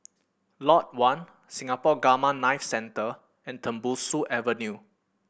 Lot One Singapore Gamma Knife Centre and Tembusu Avenue